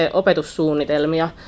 opetussuunnitelmia